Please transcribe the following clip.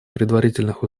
предварительных